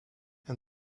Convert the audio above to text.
and